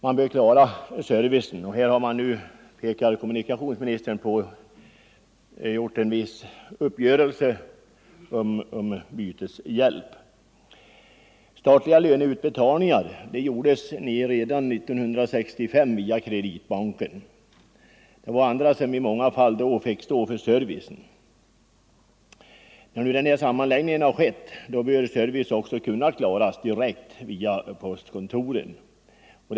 Den bör klara servicen, och kommunikationsministern pekar på att uppgörelse har träffats med bankernas organisationer om viss service. Statliga löneutbetalningar gjordes redan 1965 via Kreditbanken. Då var det i många fall andra som fick svara för servicen. Efter sammanläggningen bör postkontoren klara denna service.